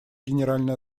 генеральной